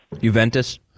Juventus